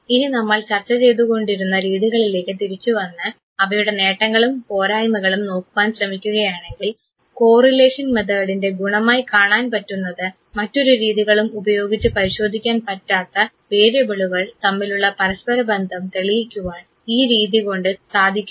ഇനി നമ്മൾ ചർച്ച ചെയ്തു കൊണ്ടിരുന്ന രീതികളിലേക്ക് തിരിച്ചു വന്ന് അവയുടെ നേട്ടങ്ങളും പോരായ്മകളും നോക്കുവാൻ ശ്രമിക്കുകയാണെങ്കിൽ കോറിലേഷൻ മെത്തേഡിൻറെ ഗുണമായി കാണാൻ പറ്റുന്നത് മറ്റൊരു രീതികളും ഉപയോഗിച്ച് പരിശോധിക്കാൻ പറ്റാത്ത വേരിയബിളുകൾ തമ്മിലുള്ള പരസ്പരബന്ധം തെളിയിക്കുവാൻ ഈ രീതി കൊണ്ട് സാധിക്കുന്നു